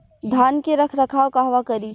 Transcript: धान के रख रखाव कहवा करी?